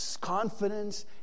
confidence